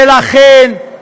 ולכן,